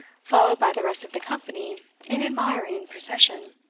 followed by the rest of the company in admiring procession.